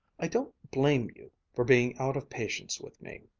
i don't blame you for being out of patience with me.